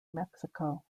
mexico